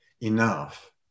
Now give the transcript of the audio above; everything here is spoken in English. enough